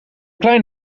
klein